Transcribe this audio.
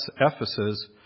Ephesus